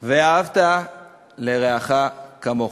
"ואהבת לרעך כמוך",